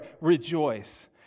Rejoice